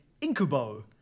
Incubo